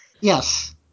Yes